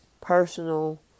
personal